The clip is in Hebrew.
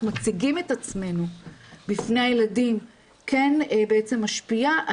מציגים את עצמנו בפני הילדים כן משפיעה,